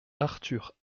arthur